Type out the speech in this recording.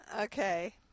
Okay